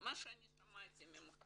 מה ששמעתי ממך